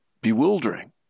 bewildering